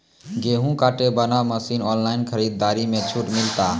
गेहूँ काटे बना मसीन ऑनलाइन खरीदारी मे छूट मिलता?